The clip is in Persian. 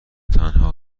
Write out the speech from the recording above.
تنها